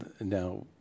now